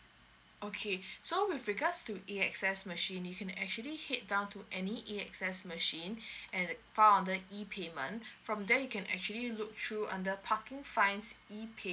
okay so with regards to A X S machine you can actually head down to any A X S machine and found under E payment from there you can actually look through under parking fines E